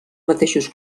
mateixos